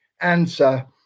Answer